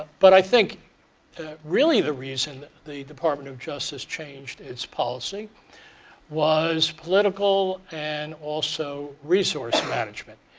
but i think really the reason the department of justice changed its policy was political and also resource management.